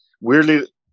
Weirdly